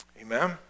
Amen